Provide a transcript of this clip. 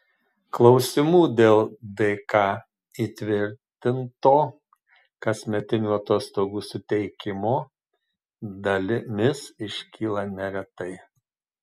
klausimų dėl dk įtvirtinto kasmetinių atostogų suteikimo dalimis iškyla neretai